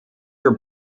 are